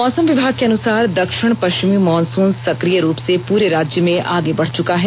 मौसम विभाग के अनुसार दक्षिण पष्विमी मॉनसून सक्रिय रूप से पूरे राज्य में आगे बढ़ चुका है